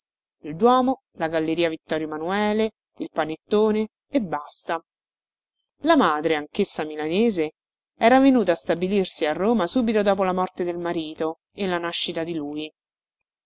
il duomo la galleria vittorio emanuele il panettone e basta la madre anchessa milanese era venuta a stabilirsi a roma subito dopo la morte del marito e la nascita di lui